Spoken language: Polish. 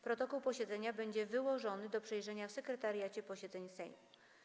Protokół posiedzenia będzie wyłożony do przejrzenia w Sekretariacie Posiedzeń Sejmu.